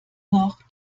noch